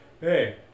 hey